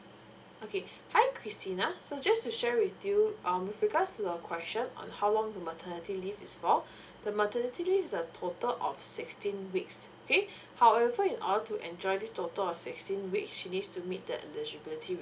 okay hi christina so just to share with you um with regards to your question on how long the maternity leave is for the maternity leave is a total of sixteen weeks okay however in order to enjoy this total of sixteen week she needs to meet the eligibility